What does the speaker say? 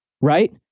Right